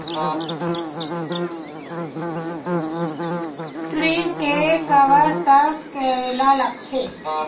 ऋण के काबर तक करेला लगथे?